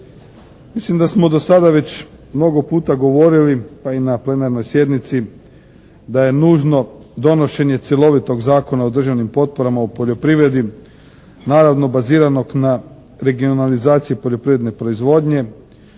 Mislim da smo do sada već mnogo puta govorili pa i na plenarnoj sjednici da je nužno donošenje cjelovitog zakona o državnim potporama u poljoprivredi naravno baziranog na regionalizaciji poljoprivredne proizvodnje.